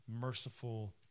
merciful